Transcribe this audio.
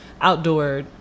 outdoor